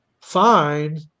fine